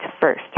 first